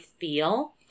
feel